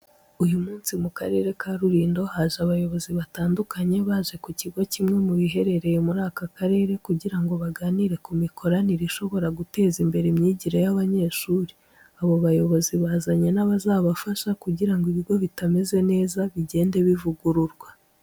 Uyu munsi mu karere ka Rulindo haje abayobozi batandukanye baje ku kigo kimwe mu biherereye muri aka karere, kugira ngo baganire ku mikoranire ishobora guteza imbere imyigire y'abanyeshuri. Abo bayobozi bazanye n'abazafasha kugira ngo ibigo bitameze neza bigende bivugururwa.